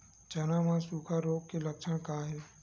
चना म सुखा रोग के लक्षण का हे?